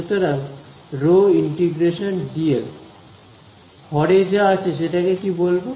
সুতরাং ρ∫ dl হর এ যা আছে সেটাকে কি বলব